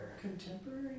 contemporary